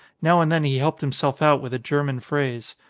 now and then he helped himself out with a german phrase.